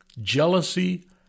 jealousy